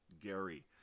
gary